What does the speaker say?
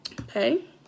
Okay